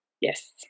Yes